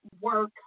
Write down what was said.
work